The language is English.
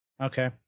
Okay